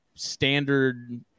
standard